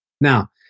now